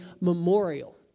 memorial